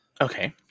Okay